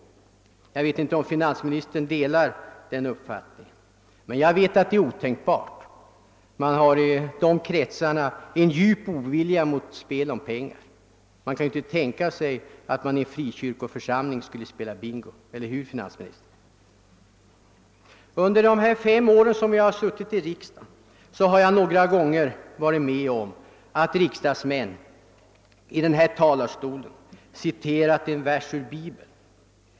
Jag vet inte om finansministern delar den uppfattningen, men jag vet att det är otänkbart. Man har i dessa kretsar en djup ovilja mot spel om pengar. Man kan väl inte tänka sig att det i en frikyrkoförsamling skulle spelas bingo, eller hur, finansministern? Under de fem år jag har suttit i riksdagen har jag några gånger varit med om att riksdagsmän i denna talarstol citerat en vers ur Bibeln.